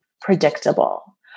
predictable